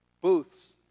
booths